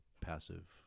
passive